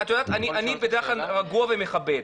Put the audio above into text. אני בדרך כלל רגוע ומכבד,